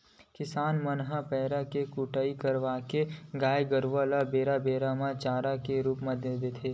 किसान मन ह पेरा के कुटी करवाके गाय गरु ल बोर बोर के चारा के रुप म देथे